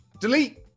Delete